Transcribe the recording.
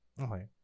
okay